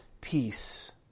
peace